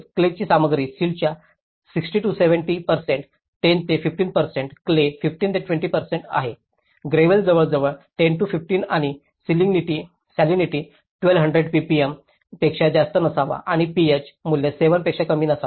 क्लेची सामग्री सिल्टच्या 60 ते 65 10 ते 15 क्ले 15 ते 20 आहे ग्रेव्हल जवळजवळ 10 ते 15 आणि सालींनीटी 1200 ppm पेक्षा जास्त नसावा आणि pH मूल्य 7 पेक्षा कमी नसावे